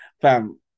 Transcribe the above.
Fam